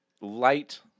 light